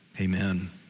amen